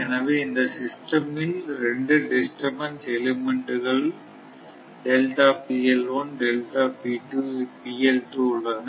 எனவே இந்த சிஸ்டம் இல் 2 டிஸ்டர்பன்ஸ் எலமென்டுகள் உள்ளன